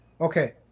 okay